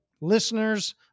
listeners